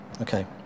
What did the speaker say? Okay